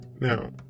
Now